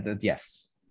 yes